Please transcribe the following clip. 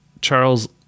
Charles